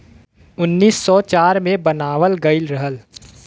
उन्नीस सौ चार मे बनावल गइल रहल